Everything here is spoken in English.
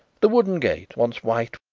the wooden gate, once white,